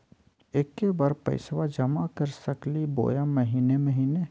एके बार पैस्बा जमा कर सकली बोया महीने महीने?